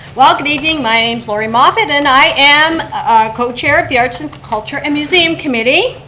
well good evening, my name's laura moffat and i am come on-chair of the arts, and culture and museum committee.